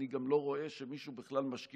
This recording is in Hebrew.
אני גם לא רואה שמישהו בכלל משקיע